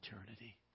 eternity